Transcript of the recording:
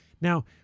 Now